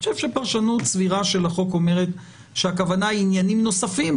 אני חושב שפרשנות סבירה של החוק אומרת שהכוונה עניינים נוספים,